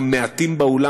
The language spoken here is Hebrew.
המעטים באולם,